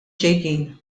ġejjin